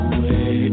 Away